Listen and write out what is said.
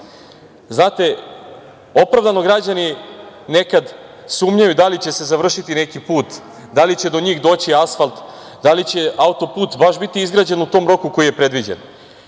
opravdano građani nekad sumnjaju da li će se završiti neki put, da li će do njih doći asfalt, da li će auto-put baš biti izgrađen u tom roku koji je predviđen,